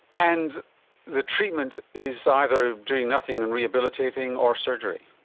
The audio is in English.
and the treatment is either doing nothing and rehabilitating or surgery.